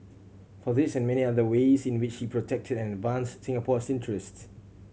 for this and many other ways in which he protected and advanced Singapore's interest